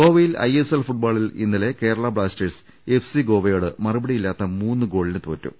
ഗോവയിൽ ഐഎസ്എൽ ഫുട്ബോളിൽ അന്നലെ കേരളാ ബ്ലാസ്റ്റേഴ്സ് എഫ്സി ഗോവയോട് മറുപടിയില്ലാത്ത മൂന്ന് ഗോളിന് തോറ്റു